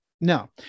No